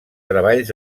treballs